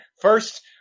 first